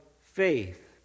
faith